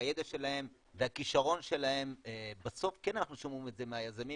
והידע שלהם והכישרון שלהם בסוף כן אנחנו שומעים את זה מהיזמים